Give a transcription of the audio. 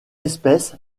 espèce